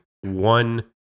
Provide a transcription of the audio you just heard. one